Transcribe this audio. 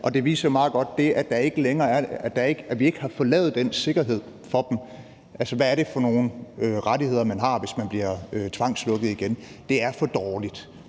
det viser meget godt det, at vi ikke har fået lavet den sikkerhed for dem – altså hvad er det for nogle rettigheder, man har, hvis man bliver tvangslukket igen? Det er for dårligt.